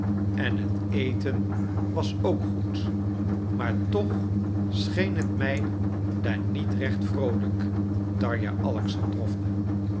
en het eten was ook goed maar toch scheen het mij daar niet recht vroolijk darja alexandrowna